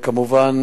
כמובן,